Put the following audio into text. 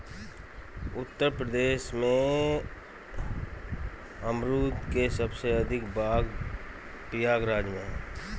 उत्तर प्रदेश में अमरुद के सबसे अधिक बाग प्रयागराज में है